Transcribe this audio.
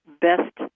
best